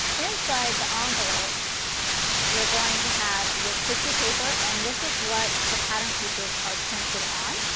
inside the um envelope you are going to have your tissue paper and this is what the pattern pieces are printed on